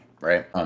right